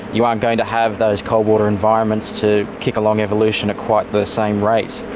you aren't going to have those cold-water environments to kick along evolution at quite the same rate.